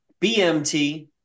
BMT